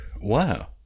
Wow